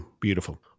Beautiful